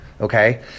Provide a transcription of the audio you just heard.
Okay